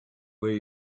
where